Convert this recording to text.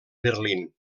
berlín